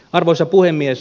arvoisa puhemies